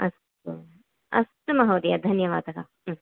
अस्तु अस्तु महोदय धन्यवादः